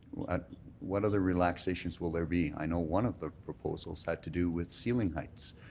ah what other relaxations will there be? i know one of the proposals had to do with ceiling heights,